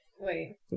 Wait